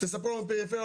פריפריה,